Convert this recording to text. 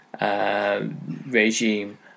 regime